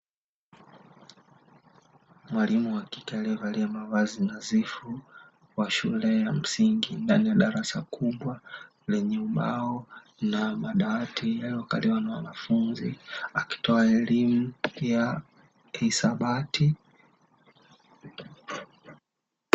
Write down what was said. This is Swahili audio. Mwalimu wa kike aliyevalia mavazi nadhifu wa shule ya msingi, ndani ya darasa kubwa lenye ubao na madawati yaliyokaliwa na wanafunzi akitoa elimu ya hisabati.